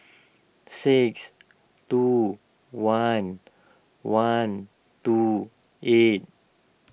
six two one one two eight